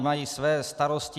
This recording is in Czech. Mají své starosti.